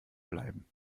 bleiben